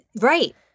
Right